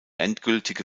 endgültige